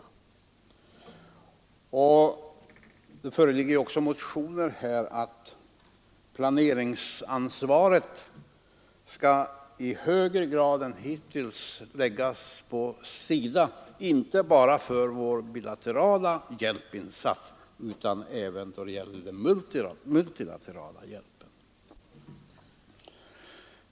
Motioner föreligger om att planeringsansvaret i högre grad än hittills skall läggas på SIDA, inte bara för vår bilaterala hjälp utan även för vår multilaterala hjälp.